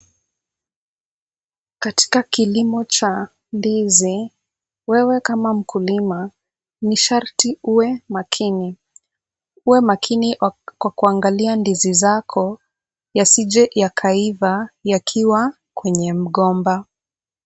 Katika kilimo cha ndizi, wewe kama mkulima, ni sharti uwe makini. Uwe makini kwa kuangalia ndizi zako, yasije yakaiva yakiwa kwenye mgomba.